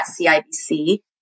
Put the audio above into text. CIBC